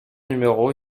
numéro